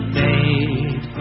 made